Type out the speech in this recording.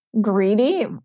greedy